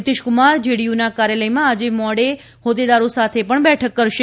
નિતીશકુમાર જેડીયુના કાર્યાલયમાં આજે મોડે હોદ્દેદારો સાથે પણ બેઠક કરશે